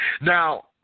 Now